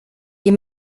est